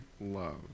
love